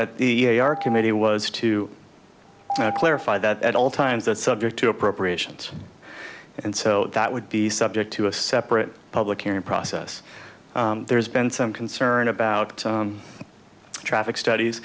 our committee was to clarify that at all times that's subject to appropriations and so that would be subject to a separate public hearing process there's been some concern about traffic studies